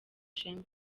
ishema